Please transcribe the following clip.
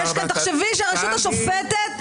תחשבי שהרשות השופטת,